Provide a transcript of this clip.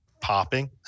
popping